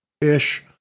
ish